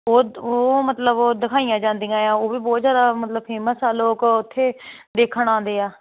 ਉਹ ਉਹ ਮਤਲਬ ਉਹ ਦਿਖਾਈਆਂ ਜਾਂਦੀਆਂ ਆ ਉਹ ਵੀ ਬਹੁਤ ਜਿਆਦਾ ਮਤਲਬ ਫੇਮਸ ਆ ਲੋਕ ਉਥੇ ਦੇਖਣ ਆਉਂਦੇ ਆ